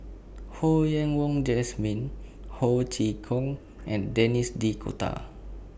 Ho Yen Wah Jesmine Ho Chee Kong and Denis D'Cotta